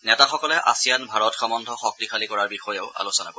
নেতাসকলে আছিয়ান ভাৰত সম্বন্ধ শক্তিশালী কৰাৰ বিষয়েও আলোচনা কৰিব